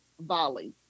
Volley